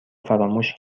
فراموش